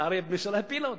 לצערי הממשלה הפילה אותו.